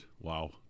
Wow